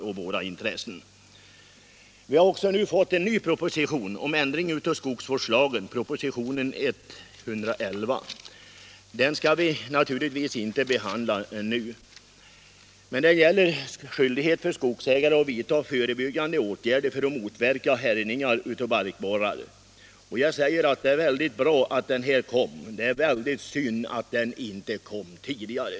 Vi har fått en ny proposition, nr 111, om ändring i skogsvårdslagen; den skall vi naturligtvis inte behandla nu. Den gäller skyldighet för skogsägare att vidta förebyggande åtgärder för att motverka härjningar av barkborrar. Det är väldigt bra att den propositionen kom, men det är väldigt synd att den inte kom tidigare.